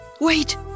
wait